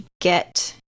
get